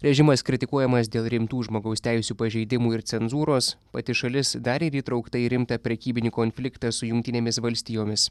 režimas kritikuojamas dėl rimtų žmogaus teisių pažeidimų ir cenzūros pati šalis dar ir įtraukta į rimtą prekybinį konfliktą su jungtinėmis valstijomis